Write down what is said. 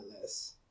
less